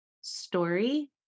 story